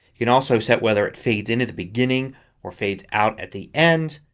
you can also set whether it fades in at the beginning or fades out at the end.